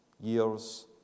years